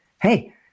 hey